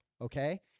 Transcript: Okay